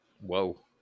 Whoa